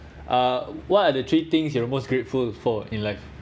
uh what are the three things you’re most grateful for in life